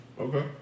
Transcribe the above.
Okay